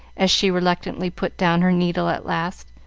as she reluctantly put down her needle at last,